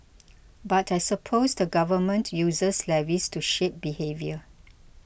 but I suppose the Government uses levies to shape behaviour